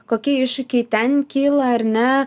kokie iššūkiai ten kyla ar ne